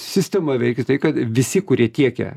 sistema veikia tai kad visi kurie tiekia